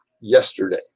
yesterday